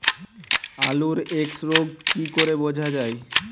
আলুর এক্সরোগ কি করে বোঝা যায়?